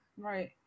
Right